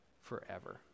forever